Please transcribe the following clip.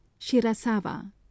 Shirasawa